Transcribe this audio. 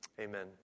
Amen